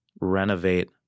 renovate